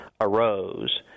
arose